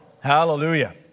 Hallelujah